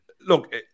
look